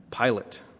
Pilate